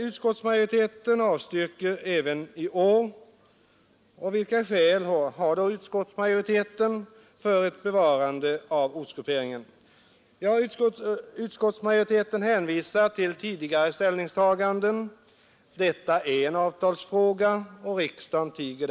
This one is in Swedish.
Utskottsmajoriteten har emellertid avstyrkt även årets motion. Och vilka skäl har då utskottsmajoriteten för ett bevarande av ortsgrupperingen? Ja, majoriteten hänvisar till tidigare ställningstagande, nämligen att detta är en avtalsfråga. Därför tiger riksdagen still.